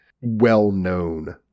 well-known